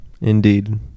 Indeed